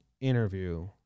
interview